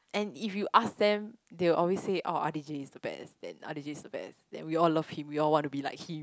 and if you ask them they will always say oh r_d_j is the best then r_d_j is the best then all love him we all want to be like him